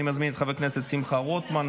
אני מזמין את חבר הכנסת שמחה רוטמן,